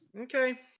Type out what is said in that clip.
Okay